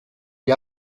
gli